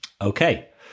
Okay